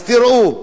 אז תראו,